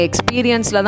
experience